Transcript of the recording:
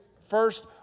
first